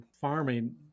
farming